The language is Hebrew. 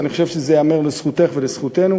ואני חושב שזה ייאמר לזכותך ולזכותנו.